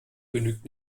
genügt